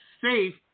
safe